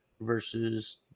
versus